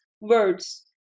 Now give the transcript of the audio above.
words